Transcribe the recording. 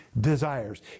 desires